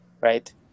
right